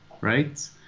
right